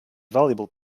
valuable